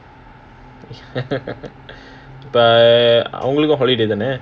but holiday அவங்களுக்கும் தானே:awangalukkum thane